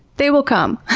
they will come.